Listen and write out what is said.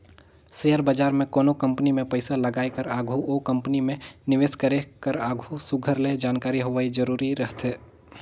share बजार में कोनो कंपनी में पइसा लगाए कर आघु ओ कंपनी में निवेस करे कर आघु सुग्घर ले जानकारी होवई जरूरी रहथे